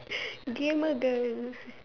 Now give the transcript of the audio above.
gamer girl